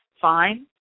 fine